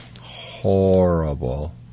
Horrible